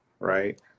Right